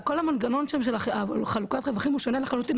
כל המנגנון שם של חלוקת הרווחים שונה לחלוטין,